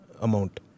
amount